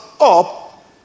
up